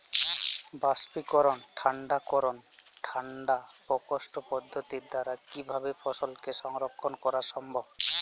বাষ্পীকরন ঠান্ডা করণ ঠান্ডা প্রকোষ্ঠ পদ্ধতির দ্বারা কিভাবে ফসলকে সংরক্ষণ করা সম্ভব?